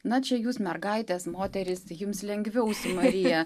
na čia jūs mergaitės moterys jums lengviau su marija